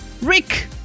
Rick